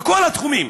בכל התחומים.